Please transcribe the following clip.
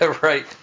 right